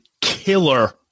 killer